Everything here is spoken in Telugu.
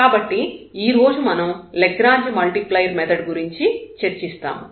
కాబట్టి ఈరోజు మనం లాగ్రాంజ్ మల్టిప్లైయర్ మెథడ్ గురించి చర్చిస్తాము